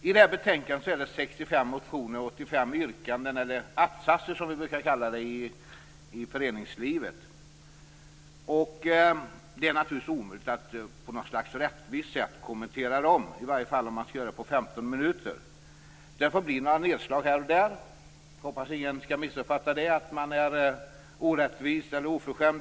I detta betänkande finns det 65 motioner och 85 yrkanden, eller att-satser som vi brukar kalla dem i föreningslivet, och det är naturligtvis omöjligt att på ett rättvist sätt kommentera dem, i varje fall om man skall göra det på 15 minuter. Det får därför bli några nedslag här och där. Jag hoppas att ingen skall missuppfatta det och tycka att jag är orättvis eller oförskämd.